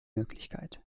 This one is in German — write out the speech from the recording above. möglichkeit